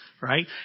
Right